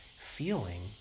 Feeling